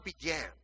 began